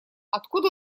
откуда